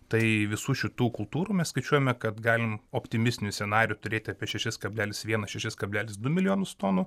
tai visų šitų kultūrų mes skaičiuojame kad galim optimistiniu scenariju turėti apie šešis kablelis vienas šešis kablelis du milijonus tonų